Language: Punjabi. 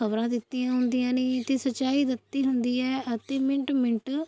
ਖਬਰਾਂ ਦਿੱਤੀਆਂ ਹੁੰਦੀਆਂ ਨੇ ਅਤੇ ਸੱਚਾਈ ਦਿੱਤੀ ਹੁੰਦੀ ਹੈ ਅਤੇ ਮਿੰਟ ਮਿੰਟ